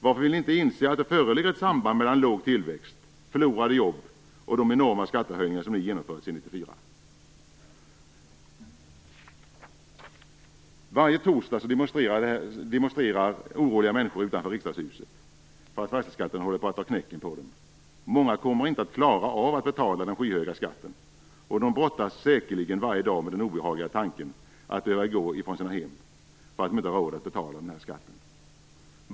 Varför vill ni inte inse att det föreligger ett samband mellan en låg tillväxt, förlorade jobb och de enorma skattehöjningar som ni genomfört sedan 1994? Varje torsdag demonstrerar oroliga människor utanför Riksdagshuset därför att fastighetsskatten håller på att ta knäcken på dem. Många kommer inte att klara av att betala den skyhöga skatten. De brottas säkerligen varje dag med den obehagliga tanken att behöva går ifrån sina hem därför att de inte har råd att betala fastighetsskatten.